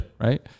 Right